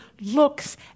looks